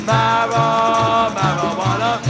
Marijuana